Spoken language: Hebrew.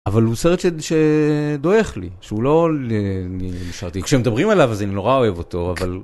אבל הוא סרט שדועך לי, שהוא לא... כשמדברים עליו אז אני נורא אוהב אותו, אבל...